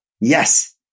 Yes